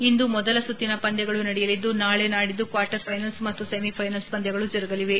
ಇಂದು ಮೊದಲ ಸುತ್ತಿನ ಪಂದ್ಲಗಳು ನಡೆಯಲಿದ್ದು ನಾಳೆ ನಾಡಿದ್ದು ಕ್ವಾರ್ಟರ್ ಫ್ಲೆನಲ್ಸ್ ಮತ್ತು ಸೆಮಿಫ್ಲೆನಲ್ಪ್ ಪಂದ್ಯಗಳು ಜರುಗಲಿವೆ